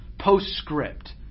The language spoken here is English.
postscript